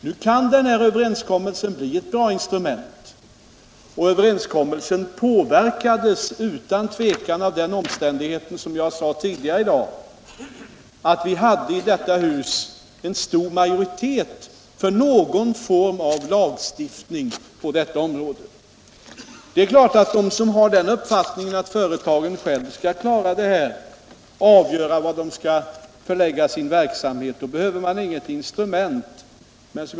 Nu kan den överenskommelsen bli ett bra instrument. Den påverkades utan tvivel av omständigheten, som jag nämnde tidigare i dag, att vi i detta hus hade en stor majoritet för någon form av lagstiftning på detta område. Skall företagen själva avgöra var de skall förlägga sin verksamhet, behövs inget instrument.